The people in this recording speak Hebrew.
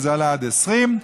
וזה עלה עד 20,